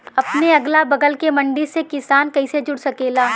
अपने अगला बगल के मंडी से किसान कइसे जुड़ सकेला?